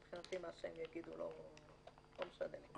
מבחינתי מה שהם יגידו, לא משנה לי.